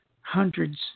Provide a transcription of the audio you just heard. hundreds